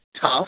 tough